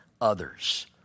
others